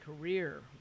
career